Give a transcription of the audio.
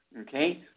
okay